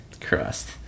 crust